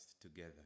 together